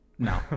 No